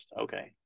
okay